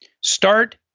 start